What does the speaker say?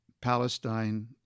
Palestine